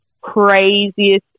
Craziest